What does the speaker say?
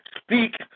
speak